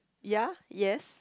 ya yes